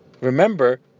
Remember